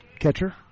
catcher